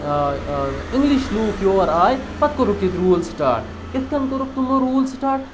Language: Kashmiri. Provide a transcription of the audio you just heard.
اِنٛگلِش لوٗکھ یور آے پَتہٕ کوٚرُکھ ییٚتہِ روٗل سِٹاٹ اِتھ کٔنۍ کوٚرُکھ تِمو روٗل سٹاٹ